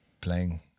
playing